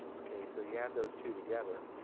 okay, so you add those two together,